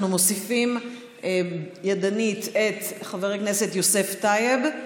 אנחנו מוסיפים ידנית את חבר הכנסת יוסף טייב,